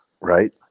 right